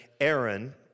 Aaron